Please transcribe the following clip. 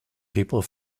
people